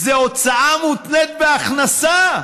זה הוצאה מותנית בהכנסה.